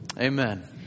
Amen